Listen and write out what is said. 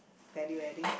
value adding